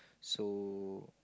so